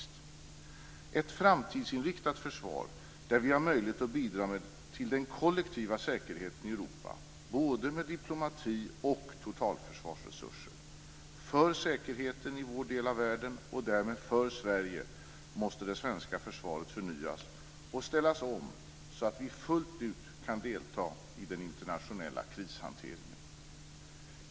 Det är ett framtidsinriktat försvar, där vi har möjlighet att bidra till den kollektiva säkerheten i Europa, både med diplomati och med totalförsvarsresurser. För säkerheten i vår del av världen och därmed för Sverige måste det svenska försvaret förnyas och ställas om, så att vi fullt ut kan delta i den internationella krishanteringen.